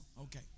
okay